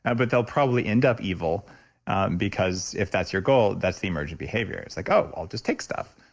ah but they'll probably end up evil because if that's your goal, that's the emergent behaviors like, oh, i'll just take stuff.